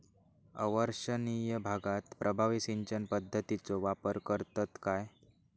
अवर्षणिय भागात प्रभावी सिंचन पद्धतीचो वापर करतत काय?